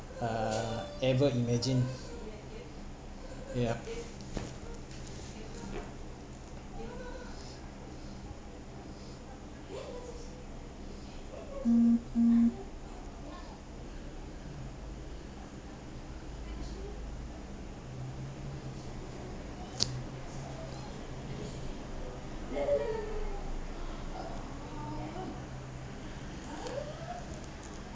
uh ever imagined yup